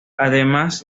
además